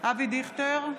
אבי דיכטר,